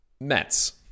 Mets